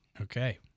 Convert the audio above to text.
Okay